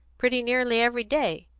pretty nearly every day.